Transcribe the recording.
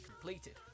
completed